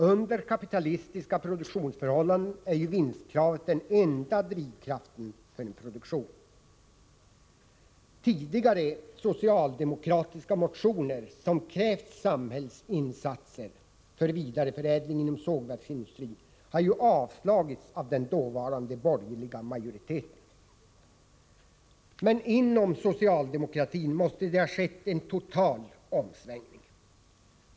Under kapitalistiska produktionsförhållanden är ju vinstkravet den enda drivkraften för en produktion. Tidigare socialdemokratiska motioner där det krävts samhällsinsatser för vidareförädling inom sågverksindustrin har ju avslagits av den dåvarande borgerliga majoriteten. Men inom socialdemokratin måste det ha skett en total omsvängning.